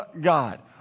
God